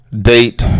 date